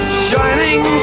shining